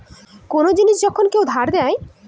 কোন জিনিস যখন কেউ ধার দেয়